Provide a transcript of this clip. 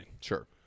Sure